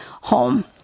home